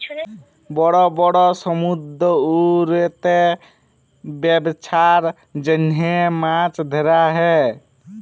বড় বড় সমুদ্দুরেতে ব্যবছার জ্যনহে মাছ ধ্যরা হ্যয়